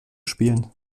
spielen